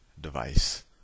device